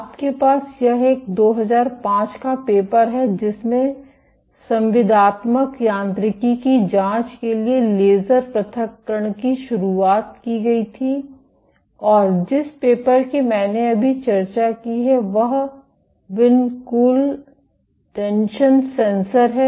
आपके पास यह एक 2005 का पेपर है जिसमें संविदात्मक यांत्रिकी की जांच के लिए लेजर पृथक्करण की शुरुआत की गई थी और जिस पेपर की मैंने अभी चर्चा की है वह विनकुल टेंशन सेंसर है